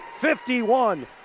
51